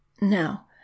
Now